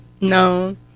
no